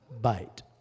bite